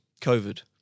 COVID